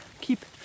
keep